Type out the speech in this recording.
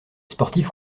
sportifs